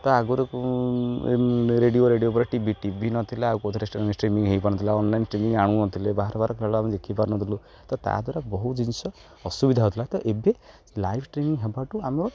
ତ ଆଗରୁ radio radio ଉପ ଟି ଭି ଟି ଭି ନଥିଲା ଆଉ କେଉଁଥିରେ ଷ୍ଟ୍ରିମିଂ ହେଇପାରୁନଥିଲା ଅନଲାଇନ୍ ଷ୍ଟ୍ରିମିଂ ଆଣୁନଥିଲେ ବାର ବାର ଖେଳ ଆମେ ଦେଖିପାରୁନଥିଲୁ ତ ତା' ଦ୍ୱାରା ବହୁତ ଜିନଷ ଅସୁବିଧା ହେଉଥିଲା ତ ଏବେ ଲାଇଭ୍ ଷ୍ଟ୍ରିମିଂ ହେବାଠୁ ଆମର